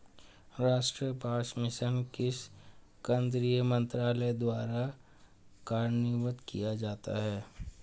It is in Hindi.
राष्ट्रीय बांस मिशन किस केंद्रीय मंत्रालय द्वारा कार्यान्वित किया जाता है?